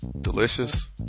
delicious